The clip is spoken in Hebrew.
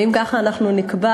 ואם ככה אנחנו נקבע,